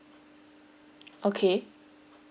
okay